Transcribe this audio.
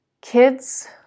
kids